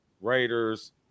Raiders